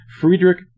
Friedrich